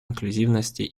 инклюзивности